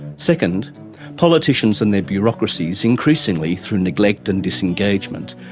second politicians and their bureaucracies increasingly through neglect and disengagement,